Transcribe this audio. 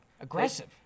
Aggressive